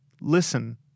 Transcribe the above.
listen